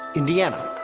indiana!